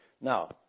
now